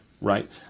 right